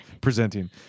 presenting